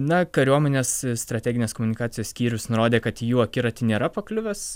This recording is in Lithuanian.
na kariuomenės strateginės komunikacijos skyrius nurodė kad į jų akiratį nėra pakliuvęs